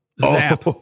zap